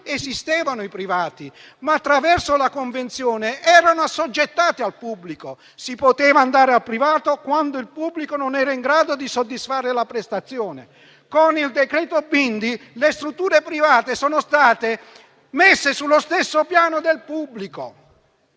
esistevano i privati, ma attraverso la convenzione erano assoggettati al pubblico, si poteva andare dal privato quando il pubblico non era in grado di soddisfare la prestazione. Con il decreto Bindi le strutture private sono state messe sullo stesso piano del pubblico